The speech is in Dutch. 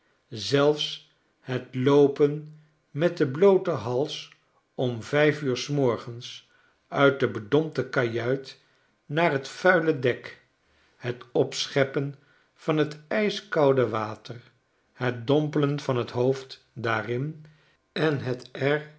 zelfs het loopen met een blooten hals om vijf uur s morgens uit de bedompte kajuit naar t vuile dek het opscheppen van t ijskoude water het dompelen van t hoofd daarin en het